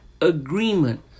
agreement